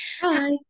Hi